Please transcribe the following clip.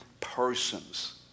persons